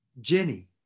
jenny